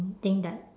think that